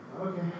Okay